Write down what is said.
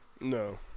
No